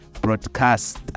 broadcast